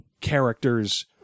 characters